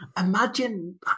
Imagine